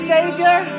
Savior